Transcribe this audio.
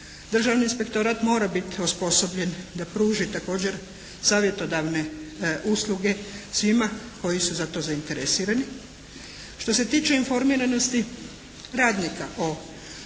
državni inspektorat mora biti osposobljen da pruži također savjetodavne usluge svima koji su za to zainteresirani. Što se tiče informiranosti radnika o